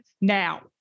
now